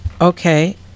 Okay